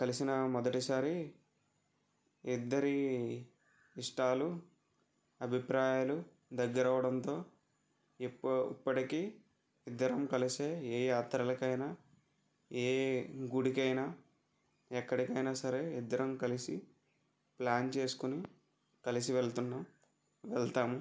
కలిసిన మొదటిసారి ఇద్దరి ఇష్టాలు అభిప్రాయాలు దగ్గర అవడంతో ఇప్ప ఇప్పటికీ ఇద్దరం కలిసి ఏ యాత్రలకైనా ఏ గుడికి అయిన ఎక్కడికైనా సరే ఇద్దరం కలిసి ప్లాన్ చేసుకుని కలిసి వెళ్తున్నాం వెళ్తాము